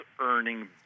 earning